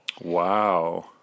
Wow